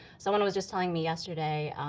someone was just telling me yesterday,